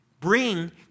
bring